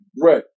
Right